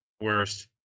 worst